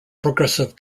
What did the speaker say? progressive